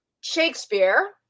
Shakespeare